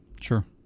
Sure